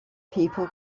people